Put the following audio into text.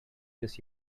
this